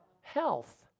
health